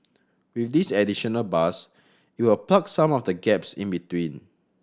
with this additional bus it will plug some of the gaps in between